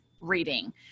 reading